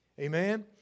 Amen